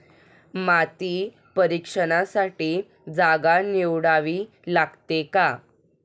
माती परीक्षणासाठी जागा निवडावी लागते का?